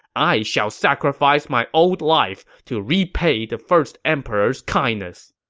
i shall sacrifice my old life to repay the first emperor's kindness!